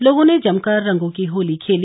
लोगों ने जमकर रंगों की होली खेली